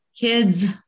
kids